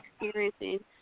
experiencing